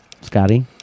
Scotty